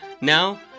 Now